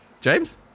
James